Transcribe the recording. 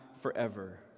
forever